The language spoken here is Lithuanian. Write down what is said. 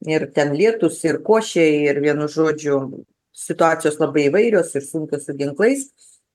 ir ten lietūs ir košia ir vienu žodžiu situacijos labai įvairios ir sunkios su ginklais